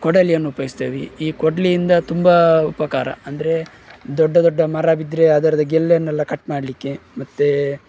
ಕೊಡಲಿಯನ್ನು ಉಪಯೋಗ್ಸ್ತೇವೆ ಈ ಕೊಡಲಿಯಿಂದ ತುಂಬ ಉಪಕಾರ ಅಂದ್ರೆ ದೊಡ್ಡ ದೊಡ್ಡ ಮರ ಬಿದ್ದರೆ ಅದರದ್ದು ಗೆಲ್ಲನ್ನೆಲ್ಲ ಕಟ್ಮಾಡಲಿಕ್ಕೆ ಮತ್ತು